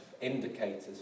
indicators